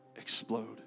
explode